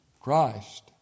Christ